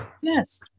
Yes